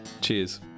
Cheers